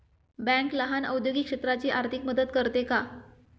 Bank लहान औद्योगिक क्षेत्राची आर्थिक मदत करते का?